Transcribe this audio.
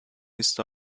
ist